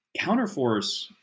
Counterforce